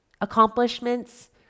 accomplishments